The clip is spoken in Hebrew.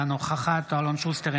אינה נוכחת אלון שוסטר,